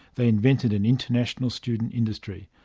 they invented an international student industry.